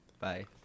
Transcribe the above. Bye